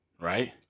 right